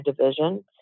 division